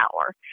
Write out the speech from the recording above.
power